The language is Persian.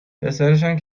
پسرشم